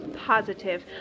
Positive